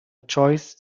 choice